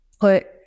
put